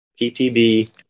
PTB